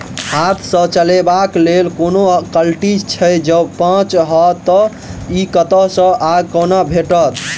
हाथ सऽ चलेबाक लेल कोनों कल्टी छै, जौंपच हाँ तऽ, इ कतह सऽ आ कोना भेटत?